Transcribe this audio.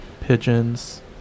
pigeons